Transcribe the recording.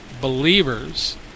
believers